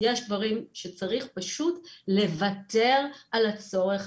יש דברים שצריך פשוט לוותר על הצורך